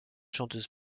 chanteuse